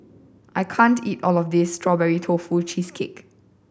I can't eat all of this Strawberry Tofu Cheesecake